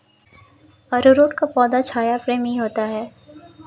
अरारोट का पौधा छाया प्रेमी होता है